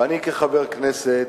ואני כחבר כנסת,